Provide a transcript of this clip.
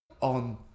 on